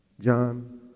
John